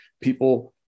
people